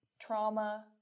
trauma